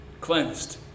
cleansed